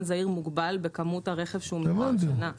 זעיר מוגבל בכמות הרכב שהוא מביא בשנה.